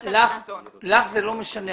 לך זה לא משנה.